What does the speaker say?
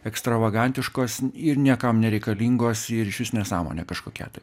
ekstravagantiškos ir niekam nereikalingos ir išvis nesąmonė kažkokia tai